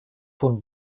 von